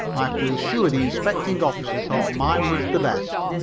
i feel sure the inspecting officer thought mine was the best.